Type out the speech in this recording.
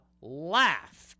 laughed